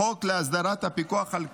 חוק להסדרת הפיקוח על כלבים,